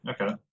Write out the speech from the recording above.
okay